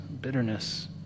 bitterness